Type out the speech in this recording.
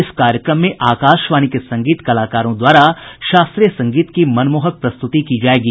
इस कार्यक्रम में आकाशवाणी के संगीत कलाकारों द्वारा शास्त्रीय संगीत की मनमोहक प्रस्तुति की जायेगी